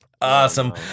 Awesome